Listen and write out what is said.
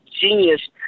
genius